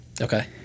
Okay